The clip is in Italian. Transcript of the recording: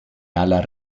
alla